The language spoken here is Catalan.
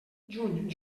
juny